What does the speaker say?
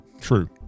True